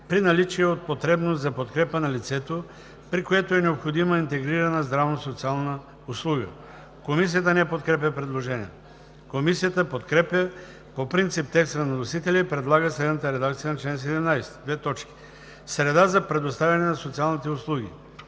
при наличие от потребност за подкрепа на лицето, при което е необходима интегрирана здравно-социална услуга“.“ Комисията не подкрепя предложението. Комисията подкрепя по принцип текста на вносителя и предлага следната редакция на чл. 17: „Среда за предоставяне на социалните услуги